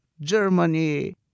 Germany